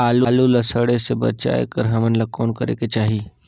आलू ला सड़े से बचाये बर हमन ला कौन करेके चाही?